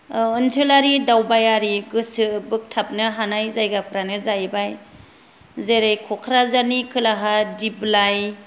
ओनसोलारि दावबायारि गोसो बोगथाबनो हानाय जायगाफोरानो जाहैबाय जेरै क'क्राझारनि खोलाहा दिप्लाय